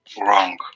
wrong